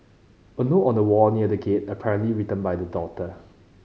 a note on a wall near the gate apparently written by the daughter